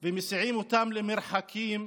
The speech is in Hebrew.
ומסיעים אותם למרחקים,